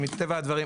מטבע הדברים,